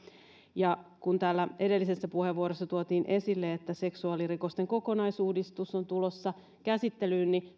ja kun täällä edellisessä puheenvuorossa tuotiin esille että seksuaalirikosten kokonaisuudistus on tulossa käsittelyyn niin